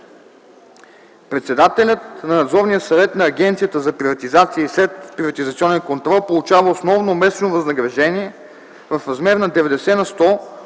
Председателят на Надзорния съвет на Агенцията за приватизация и следприватизационен контрол получава основно месечно възнаграждение в размер на 90 на сто от